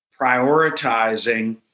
prioritizing